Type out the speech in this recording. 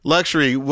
Luxury